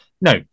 no